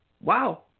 Wow